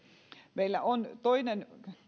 meillä on toinen